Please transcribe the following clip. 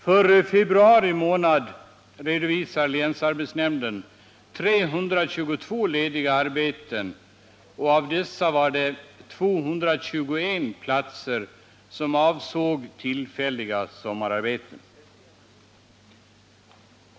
För februari månad redovisade länsarbetsnämnden 322 lediga arbeten, och av dessa avsåg 221 tillfälliga sommararbeten.